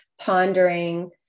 pondering